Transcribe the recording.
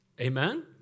Amen